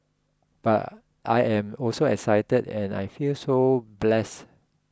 but I am also excited and I feel so blessed